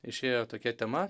išėjo tokia tema